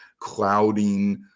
clouding